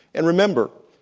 and remember,